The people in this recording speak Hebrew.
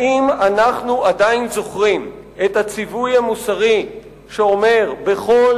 האם אנחנו עדיין זוכרים את הציווי המוסרי שאומר: "בכל